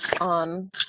on